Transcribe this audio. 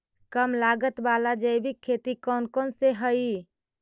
कम लागत वाला जैविक खेती कौन कौन से हईय्य?